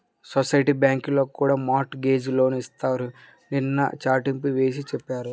society బ్యాంకుల్లో కూడా mortgage లోన్లు ఇస్తున్నారని నిన్న చాటింపు వేసి చెప్పారు